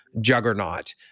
juggernaut